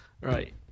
Right